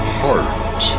heart